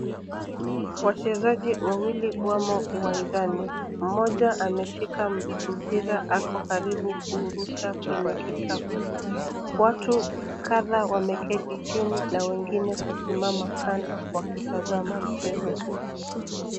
Wachezaji wawili wamo uwanjani, mmoja ameshika mpira ako karibu kuurusha kwenye kikapu. Watu kadha wameketi chini na wengine kusimama kando wakitazama mchezo huu.